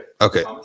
Okay